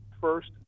first